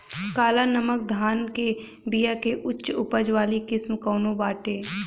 काला नमक धान के बिया के उच्च उपज वाली किस्म कौनो बाटे?